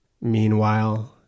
Meanwhile